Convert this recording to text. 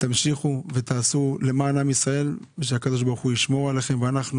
תמשיכו ותעשו למען עם ישראל ושהקב"ה ישמור עליכם ואנחנו